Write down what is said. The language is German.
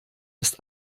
ist